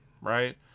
right